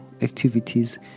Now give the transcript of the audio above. activities